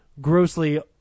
grossly